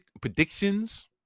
predictions